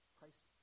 Christ